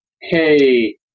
Hey